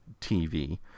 TV